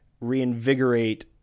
reinvigorate